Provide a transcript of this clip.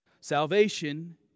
Salvation